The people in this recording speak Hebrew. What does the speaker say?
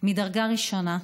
מדרגה ראשונה,